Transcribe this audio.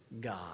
God